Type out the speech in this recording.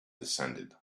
descended